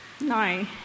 No